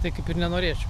tai kaip ir nenorėčiau